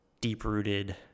deep-rooted